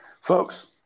folks